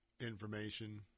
information